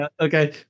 okay